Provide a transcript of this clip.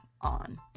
on